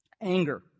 Anger